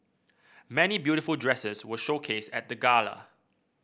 many beautiful dresses were showcased at the gala